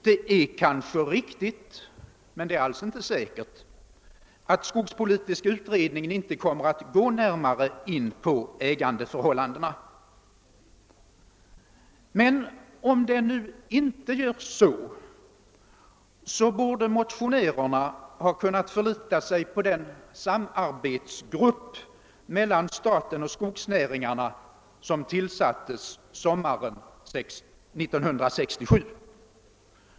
Det är kanske riktigt — men det är alls inte säkert — att skogspolitiska utredningen inte kommer att gå närmare in på ägandeförhållandena. Men om den inte gör det, så borde motionärerna ändå ha kunnat förlita sig på den samarbetsgrupp med representanter för staten och skogsnäringarna som tillsattes sommaren 1967.